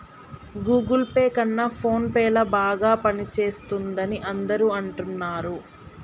Google Pay కన్నా PhonePe ల బాగా పనిచేస్తుందని అందరూ అనుకుంటున్నారు